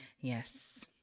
Yes